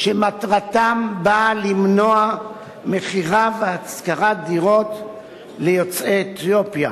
שמטרתם באה למנוע מכירה והשכרת דירות ליוצאי אתיופיה,